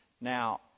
Now